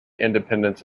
independence